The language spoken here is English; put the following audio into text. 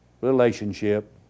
relationship